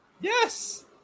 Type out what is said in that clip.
yes